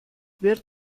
wird